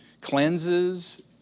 cleanses